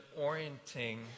orienting